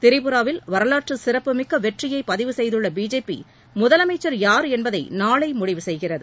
திரிபுராவில் வரலாற்று சிறப்புமிக்க வெற்றியை பதிவு செய்துள்ள பிஜேபி முதலமைச்சா் யாா் என்பதை நாளை முடிவு செய்கிறது